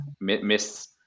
miss